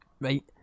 Right